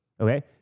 okay